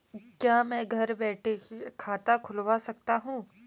क्या मैं घर बैठे ही खाता खुलवा सकता हूँ?